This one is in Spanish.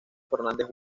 fernández